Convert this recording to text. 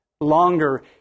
longer